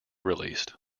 released